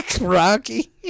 Rocky